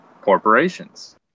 corporations